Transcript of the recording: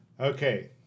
Okay